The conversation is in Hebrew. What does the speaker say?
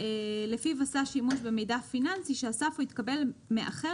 לפיו "עשה שימוש במידע פיננסי שאסף או התקבל מאחר